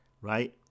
right